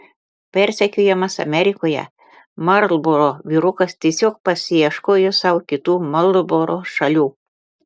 persekiojamas amerikoje marlboro vyrukas tiesiog pasiieškojo sau kitų marlboro šalių